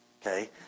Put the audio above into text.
okay